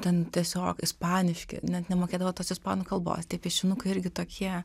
ten tiesiog ispaniški net nemokėdavo tos ispanų kalbos tie piešinukai irgi tokie